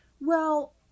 Well-